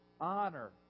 honor